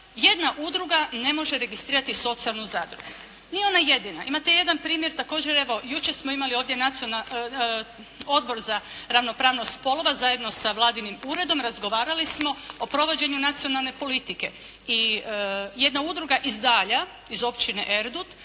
jedna udruga ne može registrirati socijalnu zadrugu. Nije ona jedina. Imate jedan primjer također, evo jučer smo imali ovdje Odbor za ravnopravnost spolova zajedno sa vladinim uredom. Razgovarali smo o provođenju nacionalne politike i jedna udruga iz Dalja, iz općine Erdut